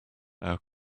our